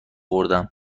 اوردم